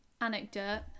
Anecdote